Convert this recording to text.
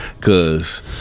cause